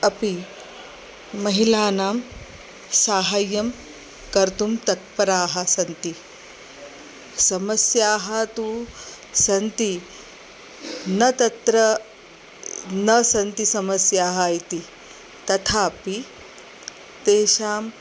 अपि महिलानां सहायं कर्तुं तत्पराः सन्ति समस्याः तु सन्ति न तत्र न सन्ति समस्याः इति तथापि तेषां